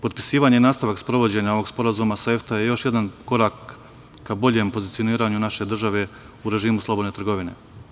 Potpisivanje i nastavak sprovođenja ovog sporazuma sa EFTA je još jedan korak ka boljem pozicioniranju naše države u režimu slobodne trgovine.